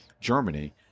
Germany